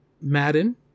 Madden